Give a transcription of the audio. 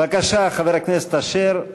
בבקשה, חבר הכנסת אשר.